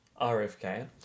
RFK